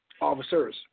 officers